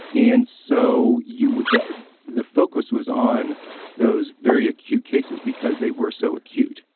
and so you would that the focus was on those very acute cases because they were so acute.